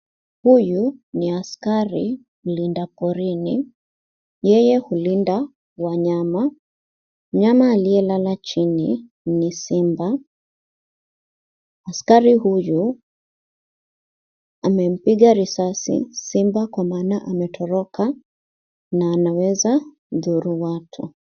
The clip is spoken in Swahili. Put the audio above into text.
Huyu ni askari mlindaporini. Yeye hulinda wanyama. Mnyama aliyelala chini ni simba. Askari huyu amempiga risasi simba kwa maana ametoroka na anaweza dhuru watu.